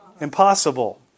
Impossible